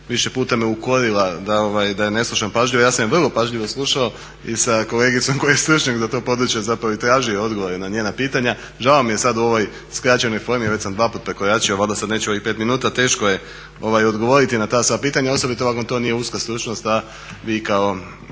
Više puta me je ukorila da je ne slušam pažljivo. Ja sam je vrlo pažljivo slušao i sa kolegicom koja je stručnjak za to područje i tražio odgovore na njena pitanja. Žao mi je u ovoj skraćenoj formi već sam dva puta prekoračio, valjda sada neću ovih pet minuta, teško je odgovoriti na sva ta pitanja osobito ako vam to nije uska stručnost, a vi kao